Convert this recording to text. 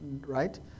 Right